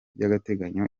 by’agateganyo